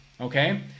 okay